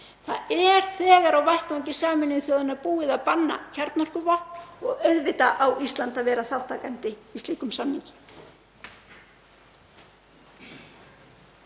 Það er þegar á vettvangi Sameinuðu þjóðanna búið að banna kjarnorkuvopn og auðvitað á Ísland að vera þátttakandi í slíkum samningi.